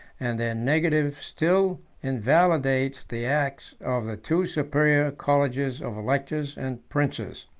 and their negative still invalidates the acts of the two superior colleges of electors and princes.